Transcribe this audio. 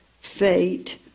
fate